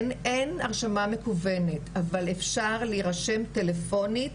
אין הרשמה מקוונת, אבל אפשר להירשם טלפונית